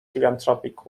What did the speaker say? philanthropic